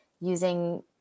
using